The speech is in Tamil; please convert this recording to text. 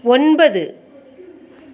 ஒன்பது